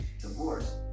divorce